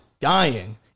dying